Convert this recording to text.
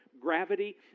gravity